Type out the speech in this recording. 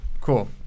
cool